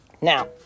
Now